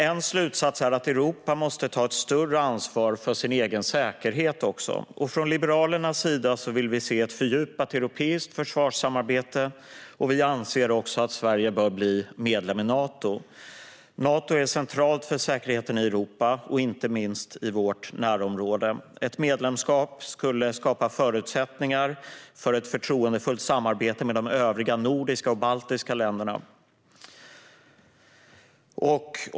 En slutsats är att Europa måste ta ett större ansvar för sin egen säkerhet. Från Liberalernas sida vill vi se ett fördjupat europeiskt försvarssamarbete, och vi anser också att Sverige bör bli medlem i Nato. Nato är centralt för säkerheten i Europa, inte minst i vårt närområde. Ett medlemskap skulle skapa förutsättningar för ett förtroendefullt samarbete med de övriga nordiska och baltiska länderna.